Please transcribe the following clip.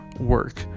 work